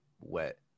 wet